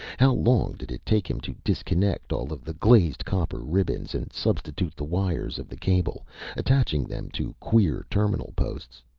how long did it take him to disconnect all of the glazed copper ribbons, and substitute the wires of the cable attaching them to queer terminal-posts?